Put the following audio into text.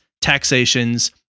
taxations